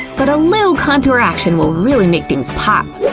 but a little contour action will really make things pop.